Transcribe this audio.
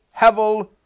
hevel